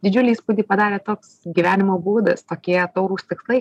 didžiulį įspūdį padarė toks gyvenimo būdas tokie taurūs tikslai